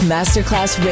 Masterclass